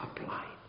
applied